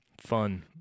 Fun